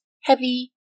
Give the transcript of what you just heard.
heavy